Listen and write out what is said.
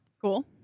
Cool